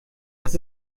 das